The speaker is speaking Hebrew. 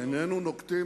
איננו נוקטים,